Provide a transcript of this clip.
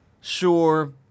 Sure